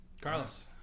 Carlos